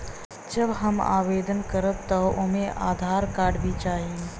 जब हम आवेदन करब त ओमे आधार कार्ड भी चाही?